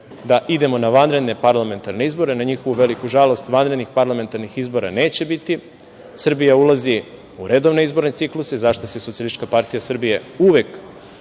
da idemo na vanredne parlamentarne izbore. Na njihovu veliku žalost, vanrednih parlamentarnih izbora neće biti. Srbija ulazi u redovne izborne cikluse za šta se SPS uvek